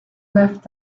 left